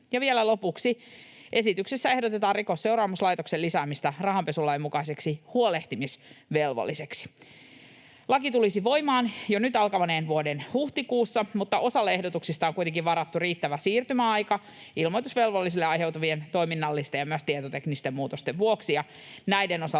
vielä lopuksi: esityksessä ehdotetaan Rikosseuraamuslaitoksen lisäämistä rahanpesulain mukaiseksi huolehtimisvelvolliseksi. Laki tulisi voimaan jo nyt alkaneen vuoden huhtikuussa, mutta osalle ehdotuksista on kuitenkin varattu riittävä siirtymäaika ilmoitusvelvollisille aiheutuvien toiminnallisten ja myös tietoteknisten muutosten vuoksi. Näiden osalta